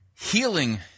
healing